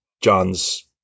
John's